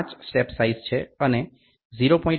5 step size છે અને 0